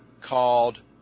called